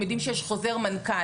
הם יודעים שיש חוזר מנכ"ל.